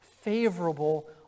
favorable